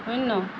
শূন্য